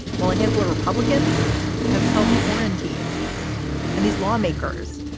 well, a handful of republicans have self-quarantined and these lawmakers.